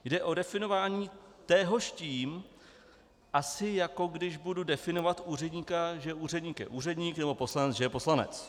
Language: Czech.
Jde o definování téhož tím, asi jako když budu definovat úředníka, že úředník je úředník nebo poslanec že je poslanec.